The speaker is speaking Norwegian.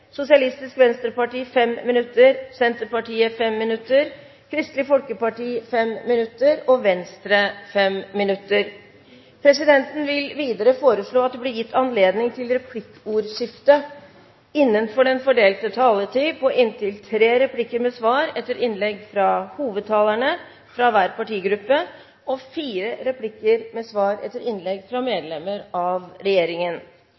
Sosialistisk Venstreparti 5 minutter, Senterpartiet 5 minutter, Kristelig Folkeparti 5 minutter og Venstre 5 minutter. Presidenten vil videre foreslå at det blir gitt anledning til replikkordskifte på inntil tre replikker med svar etter innlegg av hovedtalerne fra hver partigruppe og fire replikker med svar etter innlegg fra medlemmer av regjeringen